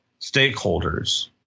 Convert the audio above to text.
stakeholders